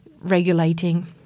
regulating